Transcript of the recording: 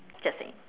just saying